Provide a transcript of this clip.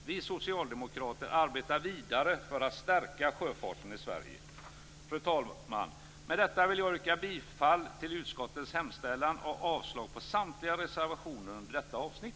Vi socialdemokrater arbetar vidare för att stärka sjöfarten i Sverige. Fru talman! Med detta vill jag yrka bifall till utskottets hemställan och avslag på samtliga reservationer under detta avsnitt.